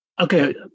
okay